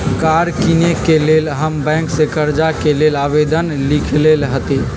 कार किनेके लेल हम बैंक से कर्जा के लेल आवेदन लिखलेए हती